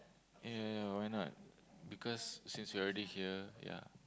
ya ya ya why not because since you're already here ya